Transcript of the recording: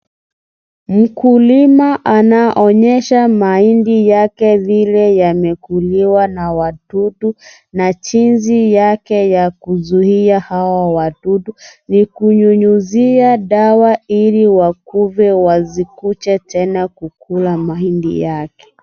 Mkulima anaonyesha mahindi yake vile yamekuliwa na wadudu na jinsi yake ya kuzuia hao wadudu. Ni kunyunyizia dawa ili wakufe wasikuje tena kukula mahindi yake.